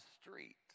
street